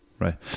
Right